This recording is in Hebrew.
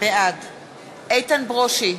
בעד איתן ברושי,